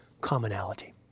commonality